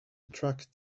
tracked